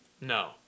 No